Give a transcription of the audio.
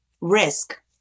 risk